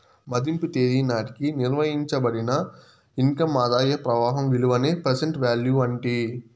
మదింపు తేదీ నాటికి నిర్వయించబడిన ఇన్కమ్ ఆదాయ ప్రవాహం విలువనే ప్రెసెంట్ వాల్యూ అంటీ